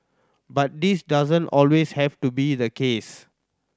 but this doesn't always have to be the case